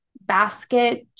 basket